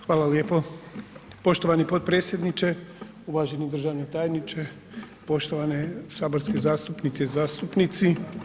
Hvala lijepo poštovani potpredsjedniče, uvaženi državni tajniče, poštovane saborske zastupnice i zastupnici.